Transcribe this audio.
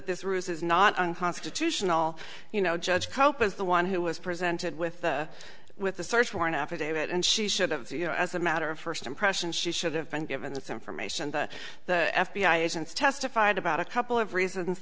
this ruse is not unconstitutional you know judge cope is the one who was presented with the with the search warrant affidavit and she should have you know as a matter of first impression she should have been given this information the f b i agents testified about a couple of reasons